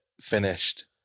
finished